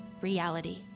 reality